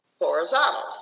horizontal